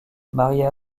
maria